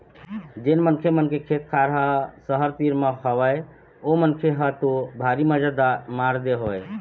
जेन मनखे मन के खेत खार मन ह सहर तीर म हवय ओ मनखे मन ह तो भारी मजा मार दे हवय